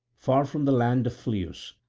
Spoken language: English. far from the land of phlius,